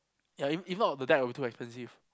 ya if if not the deck will be too expensive